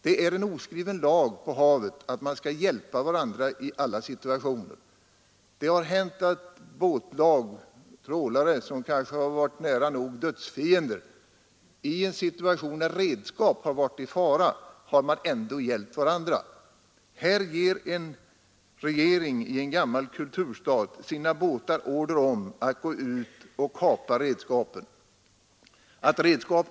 Det är en oskriven lag på havet att man skall hjälpa varandra i alla situationer. Det har hänt att båtlag, trålarbesättningar som varit nära nog dödsfiender, i en situation när redskap har varit i fara ändå har hjälpt varandra. Här ger en regering i en gammal kulturstat sina båtar order om att gå ut och kapa linorna till redskap!